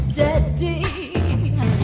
daddy